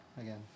again